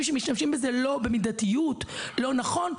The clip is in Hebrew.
שמשתמשים בזה לא במידתיות או לא נכון,